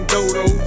Dodo